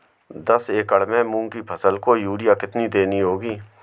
दस एकड़ में मूंग की फसल को यूरिया कितनी देनी होगी?